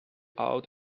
out